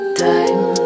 time